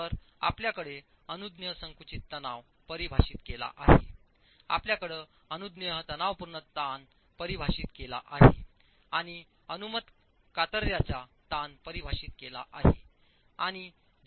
तर आपल्याकडे अनुज्ञेय संकुचित तणाव परिभाषित केला आहे आपल्याकडे अनुज्ञेय तणावपूर्ण ताण परिभाषित केला आहे आणिअनुमत कातर्याचा ताण परिभाषित केला आहे